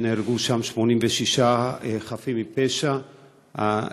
נהרגו שם 86 חפים מפשע,